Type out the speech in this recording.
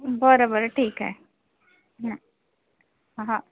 बरं बरं ठीक आहे आ हां